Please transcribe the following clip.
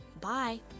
Bye